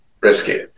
risky